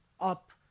up